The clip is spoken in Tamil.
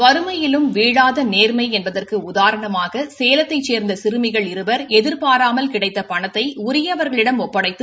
வறுமையிலும் வீழாத நேர்மை என்பதற்கு உதாரணமாக சேலத்தை சேர்ந்த சிறுமிகள் இருவர் எதிர்பாராமல் கிடைத்த பணத்தை உரியவர்களிடம் ஒப்படைத்து